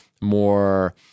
more